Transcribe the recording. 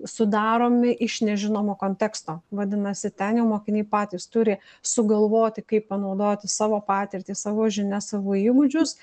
sudaromi iš nežinomo konteksto vadinasi ten jau mokiniai patys turi sugalvoti kaip panaudoti savo patirtį savo žinias savo įgūdžius